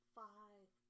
five